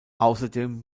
außerdem